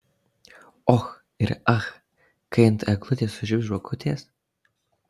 och ir ach kai ant eglutės sužibs žvakutės